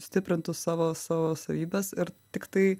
stiprintų savo savo savybes ir tiktai